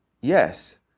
Yes